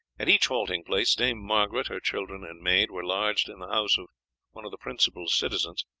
at each halting-place dame margaret, her children and maid, were lodged in the house of one of the principal citizens,